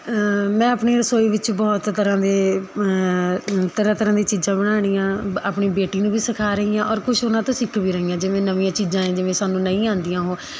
ਮੈਂ ਆਪਣੀ ਰਸੋਈ ਵਿੱਚ ਬਹੁਤ ਤਰ੍ਹਾਂ ਦੇ ਤਰ੍ਹਾਂ ਤਰ੍ਹਾਂ ਦੀਆਂ ਚੀਜ਼ਾਂ ਬਣਾਉਣੀਆਂ ਬ ਆਪਣੀ ਬੇਟੀ ਨੂੰ ਵੀ ਸਿਖਾ ਰਹੀ ਹਾਂ ਔਰ ਕੁਛ ਉਹਨਾਂ ਤੋਂ ਸਿੱਖ ਵੀ ਰਹੀ ਹਾਂ ਜਿਵੇਂ ਨਵੀਆਂ ਚੀਜ਼ਾਂ ਏ ਜਿਵੇਂ ਸਾਨੂੰ ਨਹੀਂ ਆਉਂਦੀਆਂ ਉਹ